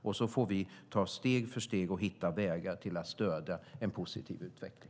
Vi får steg för steg hitta vägar för att stödja en positiv utveckling.